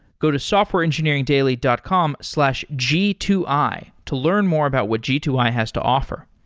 go to softwareengineeringdaily dot com slash g two i to learn more about what g two i has to offer.